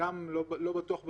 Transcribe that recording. גם לא בטוח בכלל.